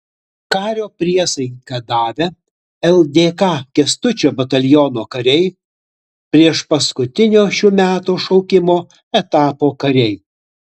kario priesaiką davę ldk kęstučio bataliono kariai priešpaskutinio šių metų šaukimo etapo kariai